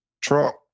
Trump